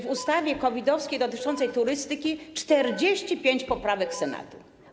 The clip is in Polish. Do ustawy COVID-owskiej dotyczącej turystyki jest 45 poprawek Senatu.